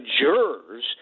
jurors